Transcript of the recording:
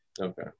Okay